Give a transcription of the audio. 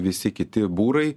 visi kiti būrai